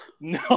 No